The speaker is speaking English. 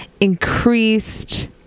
increased